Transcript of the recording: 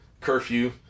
curfew